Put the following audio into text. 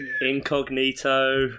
Incognito